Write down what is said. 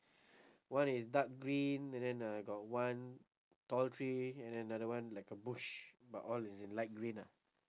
one is dark green and then uh got one tall tree and then another one like a bush but all is in light green lah